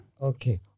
Okay